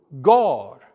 God